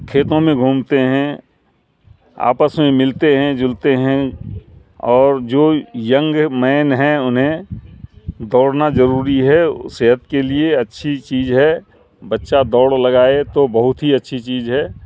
کھیتوں میں گھومتے ہیں آپس میں ملتے ہیں جلتے ہیں اور جو ینگ مین ہیں انہیں دوڑنا ضروری ہے صحت کے لیے اچھی چیز ہے بچہ دوڑ لگائے تو بہت ہی اچھی چیز ہے